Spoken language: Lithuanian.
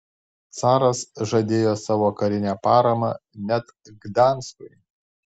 caras žadėjo savo karinę paramą net gdanskui